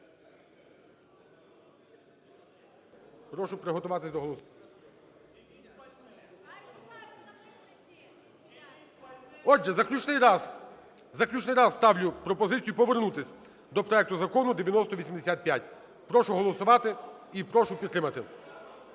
Прошу приготуватись до… (Шум у залі) Отже, заключний раз. Заключний раз ставлю пропозицію повернутися до проекту Закону 9085. Прошу голосувати і прошу підтримати.